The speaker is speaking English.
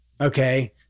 Okay